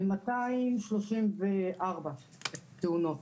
234 תאונות